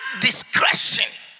discretion